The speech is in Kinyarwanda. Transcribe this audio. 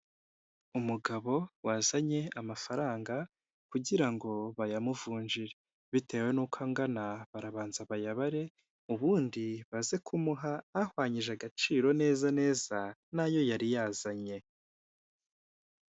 Umugabo wazanye amafaranga kugira ngo bayamuvunjire bitewe n'uko angana barabanza bayabare ubundi baze kumuha ahwanyije agaciro neza neza n'ayo yari yazanye.